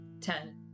Ten